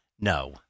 No